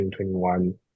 2021